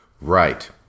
Right